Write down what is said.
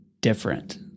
different